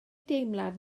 deimlad